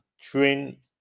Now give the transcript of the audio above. train